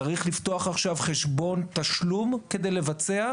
צריך לפתוח עכשיו חשבון תשלום כדי לבצע,